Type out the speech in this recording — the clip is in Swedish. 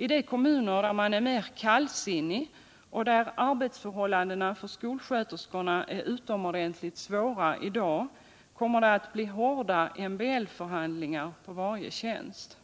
I de kommuner där man är mer kallsinnig, och där arbetsförhållandena för skolsköterskorna är utomordentligt svåra i dag, kommer det att bli hårda MBL-förhandlingar på varje tjänst.